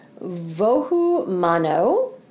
Vohumano